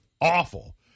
awful